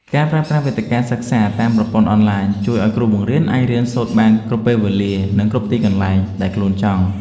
ការប្រើប្រាស់វេទិកាសិក្សាតាមប្រព័ន្ធអនឡាញជួយឱ្យគ្រូបង្រៀនអាចរៀនសូត្របានគ្រប់ពេលវេលានិងគ្រប់ទីកន្លែងដែលខ្លួនចង់។